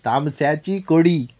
तामस्याची कडी